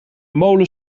molen